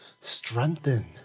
strengthen